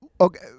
Okay